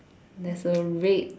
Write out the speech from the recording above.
there's a red